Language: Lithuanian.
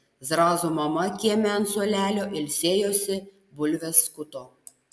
zrazo mama kieme ant suolelio ilsėjosi bulves skuto